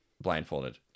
blindfolded